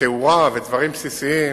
ותאורה ודברים בסיסיים,